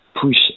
push